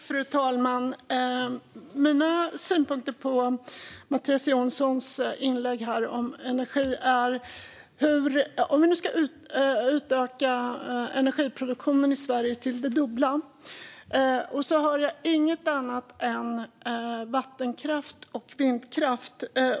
Fru talman! Energiproduktionen i Sverige ska fördubblas, men jag hör inte Mattias Jonsson nämna något annat än vattenkraft och vindkraft.